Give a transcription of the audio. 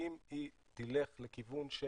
ואם היא תלך לכיוון של